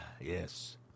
Yes